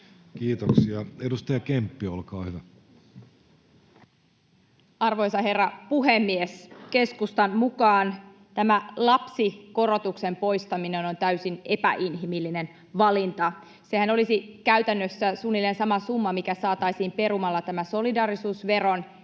Kiitoksia. — Edustaja Kemppi, olkaa hyvä. Arvoisa herra puhemies! Keskustan mukaan tämä lapsikorotuksen poistaminen on täysin epäinhimillinen valinta. Sehän olisi käytännössä suunnilleen sama summa, mikä saataisiin perumalla tämä solidaarisuusveron